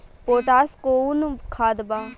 Potash कोउन खाद बा?